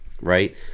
right